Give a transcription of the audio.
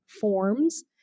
forms